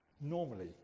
normally